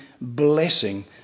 blessing